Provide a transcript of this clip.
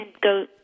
go